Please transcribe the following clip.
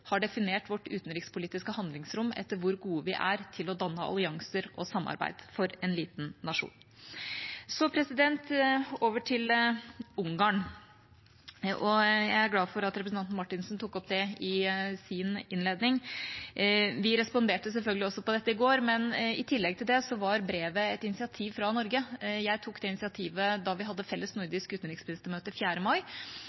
har definert vårt utenrikspolitiske handlingsrom etter hvor gode vi er til å danne allianser og samarbeid for en liten nasjon. Så over til Ungarn. Jeg er glad for at representanten Marthinsen tok opp det i sin innledning. Vi responderte selvfølgelig også på dette i går, men i tillegg til det var brevet et initiativ fra Norge. Jeg tok det initiativet da vi hadde felles